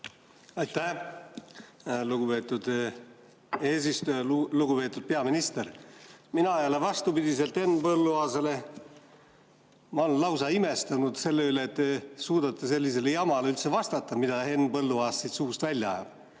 Aitäh, lugupeetud eesistuja! Lugupeetud peaminister! Mina jälle vastupidi Henn Põlluaasale ... Ma olen lausa imestunud selle üle, et te suudate sellisele jamale üldse vastata, mida Henn Põlluaas suust välja ajab.